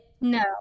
No